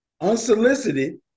unsolicited